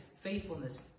faithfulness